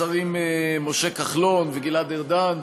השרים משה כחלון וגלעד ארדן,